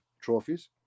trophies